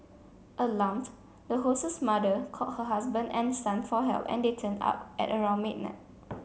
alarmed the host's mother called her husband and son for help and they turned up at around midnight